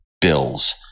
bills